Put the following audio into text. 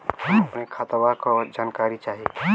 हम अपने खतवा क जानकारी चाही?